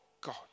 God